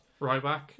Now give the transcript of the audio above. Ryback